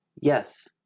yes